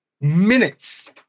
minutes